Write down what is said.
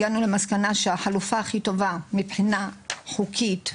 הגענו למסקנה שהחלופה הכי טובה מבחינה חוקית,